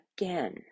again